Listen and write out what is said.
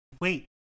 wait